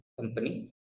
company